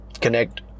connect